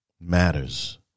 matters